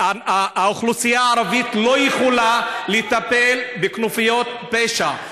האוכלוסייה הערבית לא יכולה לטפל בכנופיות פשע.